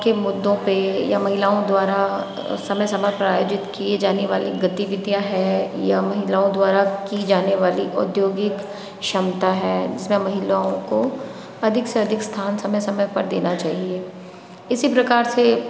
के मुद्दों पर या महिलाओं द्वारा समय समय पर आयोजित किए जाने वाले गतिविधियाँ हैं या महिलाओं द्वारा की जाने वाली औद्योगिक क्षमता है जिसमें महिलाओं को अधिक से अधिक स्थान समय समय पर देना चाहिए इसी प्रकार से